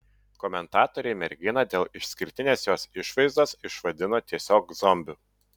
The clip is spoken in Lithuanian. komentatoriai merginą dėl išskirtinės jos išvaizdos išvadino tiesiog zombiu